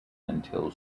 until